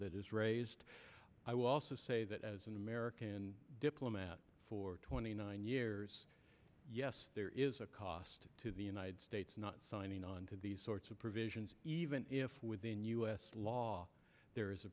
that is raised i will also say that as an american diplomat for twenty nine years yes there is a cost to the united states not signing on to these sorts provisions even if within u s law there is a